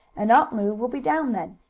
and aunt lu will be down then.